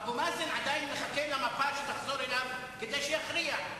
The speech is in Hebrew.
אבו מאזן עדיין מחכה למפה שתחזור אליו כדי שיכריע.